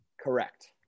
Correct